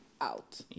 out